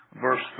verse